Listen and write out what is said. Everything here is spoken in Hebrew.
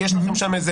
כי יש לכם שם,